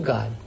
God